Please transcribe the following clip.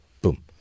Boom